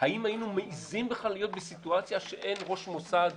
האם היינו מעזים בכלל להיות בסיטואציה שאין ראש מוסד,